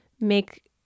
make